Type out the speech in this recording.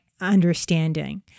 understanding